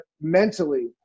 mentally